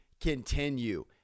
continue